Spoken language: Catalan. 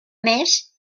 més